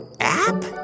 App